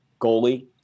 goalie